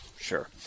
Sure